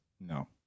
No